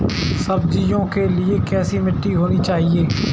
सब्जियों के लिए कैसी मिट्टी होनी चाहिए?